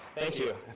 thank you.